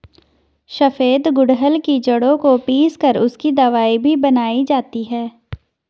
सफेद गुड़हल की जड़ों को पीस कर उसकी दवाई भी बनाई जाती है